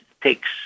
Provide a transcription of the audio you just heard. takes